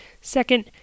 Second